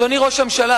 אדוני ראש הממשלה,